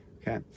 okay